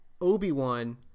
Obi-Wan